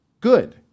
good